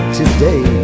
today